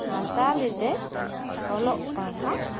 ᱥᱟᱱᱛᱟᱞᱤ ᱛᱮ ᱚᱞᱚᱜ ᱯᱟᱲᱦᱟᱜ